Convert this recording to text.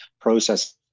process